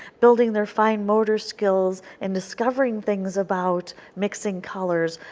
building their fine motor skills and discovering things about mixing colors.